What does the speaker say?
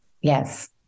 yes